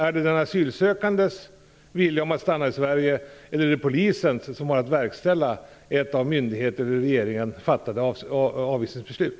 Är det den asylsökandes vilja att stanna i Sverige, eller är det polisens, som har att verkställa ett av myndigheter eller regeringen fattat avvisningsbeslut?